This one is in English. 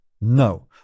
No